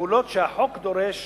בפעולות שהחוק דורש